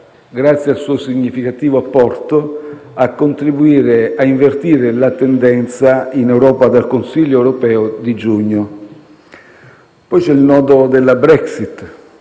grazie al suo significativo apporto, ha contribuito a invertire la tendenza in Europa dal Consiglio europeo di giugno. C'è poi il nodo della Brexit,